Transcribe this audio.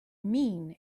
mean